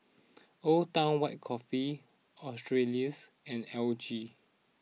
Old Town White Coffee Australis and L G